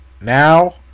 now